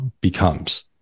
becomes